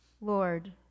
Lord